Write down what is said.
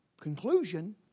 conclusion